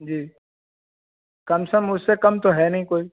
जी कम सम उससे कम तो है नहीं कोई